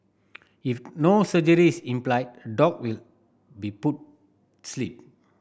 if no surgery is implied dog will be put sleep